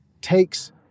takes